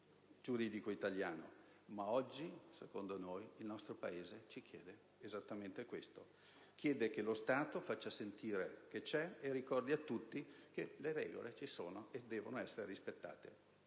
giuridico italiano, ma secondo noi il nostro Paese oggi ci chiede esattamente questo: che lo Stato faccia sentire la sua presenza, ricordando a tutti che le regole ci sono e devono essere rispettate.